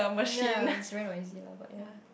ya she very noisy lah but ya